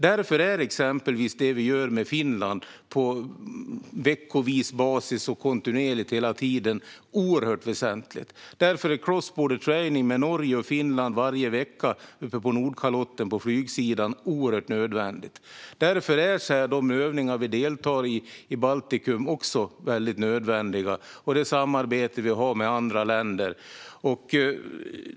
Därför är exempelvis det vi gör med Finland, veckovis och kontinuerligt, oerhört väsentligt. Därför är cross-border training med Norge och Finland varje vecka uppe på Nordkalotten på flygsidan oerhört nödvändigt. Därför är de övningar i Baltikum som vi deltar i också väldigt nödvändiga, liksom det samarbete vi har med andra länder.